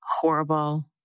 horrible